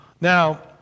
Now